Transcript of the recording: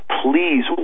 please